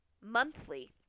monthly